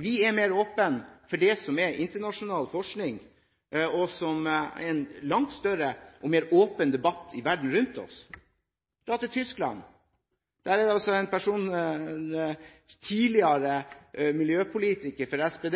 Vi er mer åpne for det som er internasjonal forskning, og som er en langt større og mer åpen debatt i verden rundt oss. Vi kan dra til Tyskland. Der er det altså en person, en tidligere miljøpolitiker fra SPD,